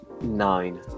nine